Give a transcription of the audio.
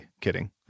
Kidding